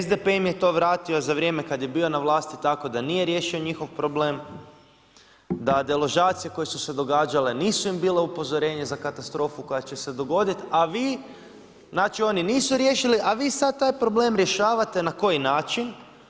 SDP im je to vratio za vrijeme kad je bio na vlasti tako da nije riješio njihov problem, da deložacije koje su se događale nisu im bile upozorenje za katastrofu koja će se dogoditi, znači oni nisu riješili, a vi sad taj problem rješavate na koji način?